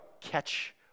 catch